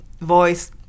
voice